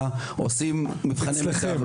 עושים מבחני מיצ״ב --- אצלכם,